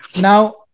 Now